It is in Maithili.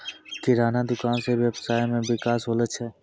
किराना दुकान से वेवसाय मे विकास होलो छै